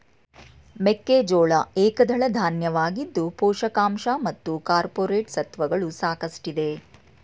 ಮೆಕ್ಕೆಜೋಳ ಏಕದಳ ಧಾನ್ಯವಾಗಿದ್ದು ಪೋಷಕಾಂಶ ಮತ್ತು ಕಾರ್ಪೋರೇಟ್ ಸತ್ವಗಳು ಸಾಕಷ್ಟಿದೆ